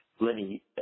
Lenny